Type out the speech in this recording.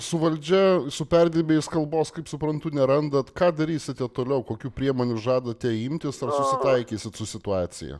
su valdžia su perdirbėjais kalbos kaip suprantu nerandat ką darysite toliau kokių priemonių žadate imtis ar susitaikysit su situacija